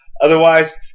otherwise